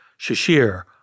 Shashir